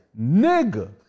nigga